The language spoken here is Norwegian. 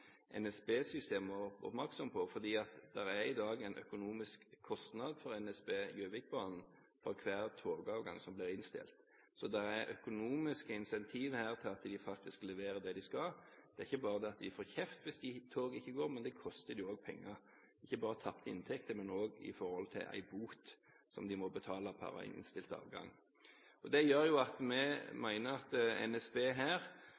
oppmerksom på, fordi det i dag er en økonomisk kostnad for NSB Gjøvikbanen for hver togavgang som blir innstilt. Så det er økonomiske incentiver her til at de faktisk leverer det de skal. Det er ikke bare det at de får kjeft hvis toget ikke går, men det koster dem jo også penger – ikke bare tapte inntekter, men også i form av en bot som de må betale per innstilte avgang. Det gjør at vi mener at NSB her